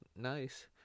nice